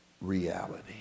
reality